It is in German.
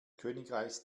königreichs